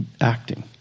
Acting